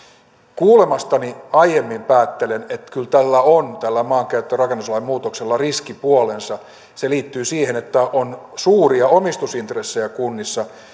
kuulemastani päättelen että kyllä tällä maankäyttö ja rakennuslain muutoksella on riskipuolensa se liittyy siihen että kunnissa on suuria omistusintressejä